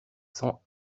cents